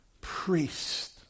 priest